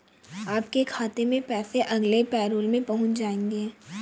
आपके खाते में पैसे अगले पैरोल में पहुँच जाएंगे